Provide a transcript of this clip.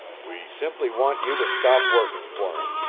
we simply want you to stop working for him.